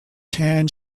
tan